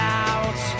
out